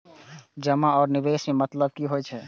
जमा आ निवेश में मतलब कि होई छै?